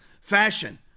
fashion